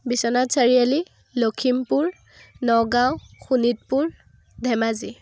Biswanath Chariali Lakhimpur Nagaon Sonitpur Dhemaji